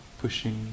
pushing